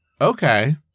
okay